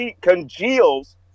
congeals